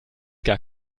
gar